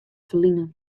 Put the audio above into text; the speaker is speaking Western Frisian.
ferline